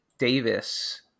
Davis